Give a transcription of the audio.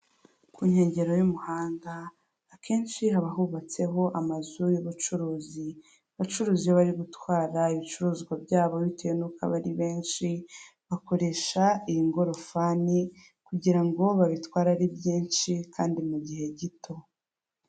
Ku nkengero y'umuhanda akenshi haba hubatseho amazu y'ubucuruzi, abacuruzi bari gutwara ibicuruzwa byabo bitewe nuko aba benshi bakoresha ingorofani kugira ngo babitware ari byinshi kandi mu gihe gito.